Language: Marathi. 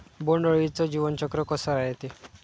बोंड अळीचं जीवनचक्र कस रायते?